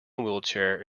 wheelchair